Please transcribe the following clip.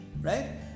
right